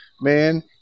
man